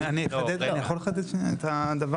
אני שנייה, אני אחדד, אני יכול לחדד את הדבר?